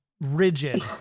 rigid